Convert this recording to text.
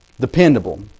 Dependable